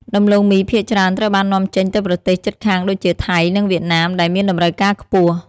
ដំឡូងមីភាគច្រើនត្រូវបាននាំចេញទៅប្រទេសជិតខាងដូចជា ថៃ និង វៀតណាម ដែលមានតម្រូវការខ្ពស់។